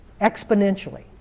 Exponentially